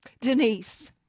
Denise